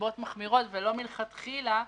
לנסיבות מחמירות, ולא מלכתחילה.